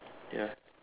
ya